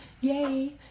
Yay